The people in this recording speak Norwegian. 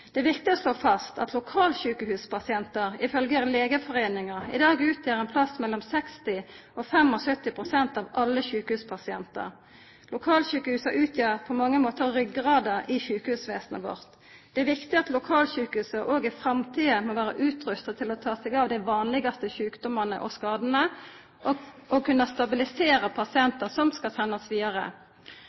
Det er viktig å slå fast at lokalsjukehuspasientar ifølgje Legeforeninga i dag utgjer ein plass mellom 60 og 75 pst. av alle sjukehuspasientar. Lokalsjukehusa utgjer på mange måtar ryggraden i sjukehusvesenet vårt. Det er viktig at lokalsjukehusa òg i framtida må vera utrusta til å ta seg av dei vanlegaste sjukdomane og skadane og kunna stabilisera pasientar som skal sendast vidare.